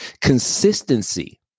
Consistency